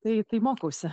tai tai mokausi